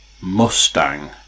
Mustang